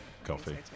coffee